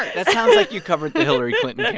that sounds like you covered the hillary clinton yeah